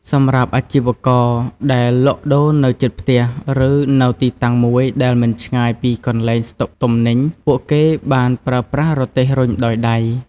សម្រាប់អាជីវករដែលលក់ដូរនៅជិតផ្ទះ ឬនៅទីតាំងមួយដែលមិនឆ្ងាយពីកន្លែងស្តុកទំនិញ ពួកគេបានប្រើប្រាស់រទេះរុញដោយដៃ។